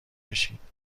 کشیدچگونه